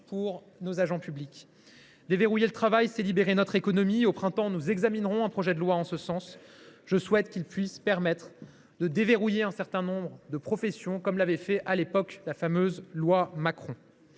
à l’expérimentation. Déverrouiller le travail, c’est libérer notre économie. Au printemps, nous examinerons un projet de loi en ce sens. Je souhaite notamment qu’il permette de déverrouiller un certain nombre de professions, comme l’avait fait la fameuse loi Macron.